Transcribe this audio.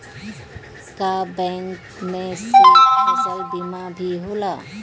का बैंक में से फसल बीमा भी होला?